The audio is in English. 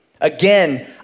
Again